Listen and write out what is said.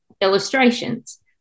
illustrations